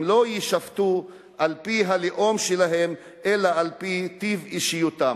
לא יישפטו על-פי הלאום שלהם אלא על-פי טיב אישיותם.